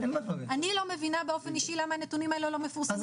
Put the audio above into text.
אני לא מבינה באופן אישי למה הנתונים האלו לא מפורסמים לציבור.